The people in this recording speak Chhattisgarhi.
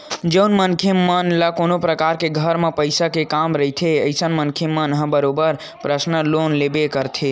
जउन मनखे मन ल कोनो परकार के घर म पइसा के काम रहिथे अइसन मनखे मन ह बरोबर परसनल लोन लेबे करथे